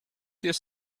jest